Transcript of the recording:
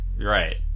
Right